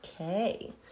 Okay